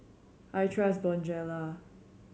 I trust Bonjela